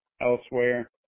elsewhere